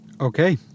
Okay